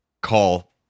call